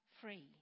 free